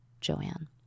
Joanne